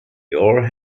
your